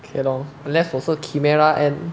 okay lor unless 我是 chimera ant